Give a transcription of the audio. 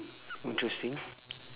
interesting